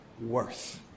worth